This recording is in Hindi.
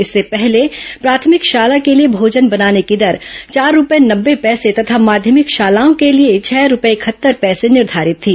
इससे पहले प्राथमिक शाला के लिए भोजन बनाने की दर चार रूपए नब्बे पैसे तथा माध्यमिक शालाओं के लिए छह रूपए इकहत्तर पैसे निर्घारित थी